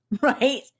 right